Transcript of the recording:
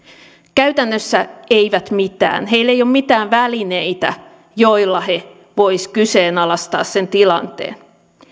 käytännössä eivät mitään heillä ei ole mitään välineitä joilla he voisivat kyseenalaistaa sen tilanteen